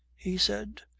he said.